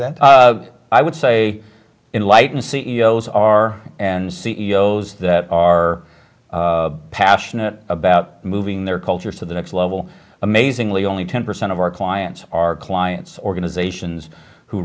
that i would say in light and c e o s are and c e o s that are passionate about moving their culture to the next level amazingly only ten percent of our clients are clients organizations who